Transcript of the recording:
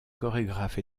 chorégraphe